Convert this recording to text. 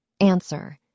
answer